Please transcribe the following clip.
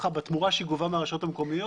בתמורה שהיא גובה מהרשויות המקומיות.